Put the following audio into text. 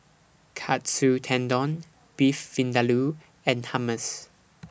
Katsu Tendon Beef Vindaloo and Hummus